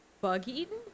Bug-Eaten